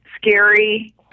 scary